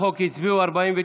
חידוש אוטומטי של הנחה בארנונה),